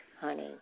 honey